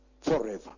Forever